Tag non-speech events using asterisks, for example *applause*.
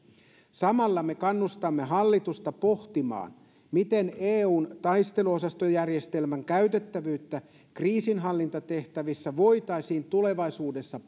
samalla me kannustamme hallitusta pohtimaan miten eun taisteluosastojärjestelmän käytettävyyttä kriisinhallintatehtävissä voitaisiin tulevaisuudessa *unintelligible*